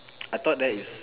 I thought that is